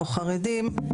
או חרדים.